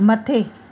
मथे